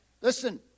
listen